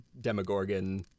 Demogorgon